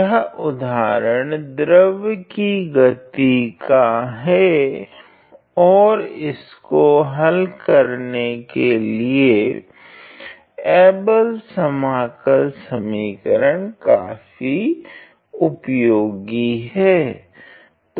यह उदहारण द्रव की गति का है और इसको हल करने के लिए एबल समाकल समीकरण काफी उपयोगी है